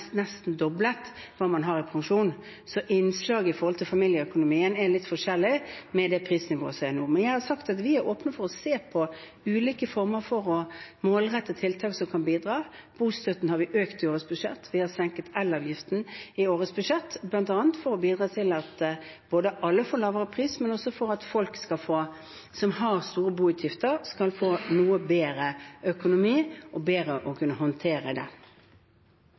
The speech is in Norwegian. nesten doblet det man har i pensjon. Så innslaget med hensyn til familieøkonomien er litt annerledes med det prisnivået som er nå. Men jeg har sagt at vi er åpne for å se på ulike former for å målrette tiltak som kan bidra. Bostøtten har vi økt i årets budsjett, vi har senket elavgiften i årets budsjett, bl.a. for å bidra til at alle får lavere pris, og for at folk som har store boutgifter, skal få en noe bedre økonomi for bedre å kunne håndtere